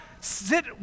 sit